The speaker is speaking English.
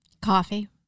Coffee